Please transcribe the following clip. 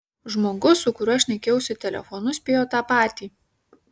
žmogus su kuriuo šnekėjausi telefonu spėjo tą patį